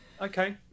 okay